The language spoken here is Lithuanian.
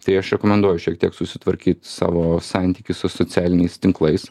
tai aš rekomenduoju šiek tiek susitvarkyt savo santykį su socialiniais tinklais